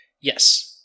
Yes